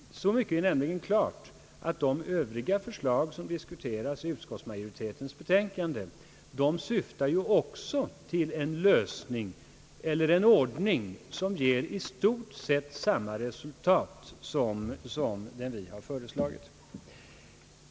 Så mycket är nämligen klart att de övriga förslag, som diskuteras i utskottsmajoritetens betänkande, också syftar till en lösning som ger i stort sett samma resultat som det vi har föreslagit.